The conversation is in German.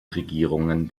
regierungen